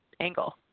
angle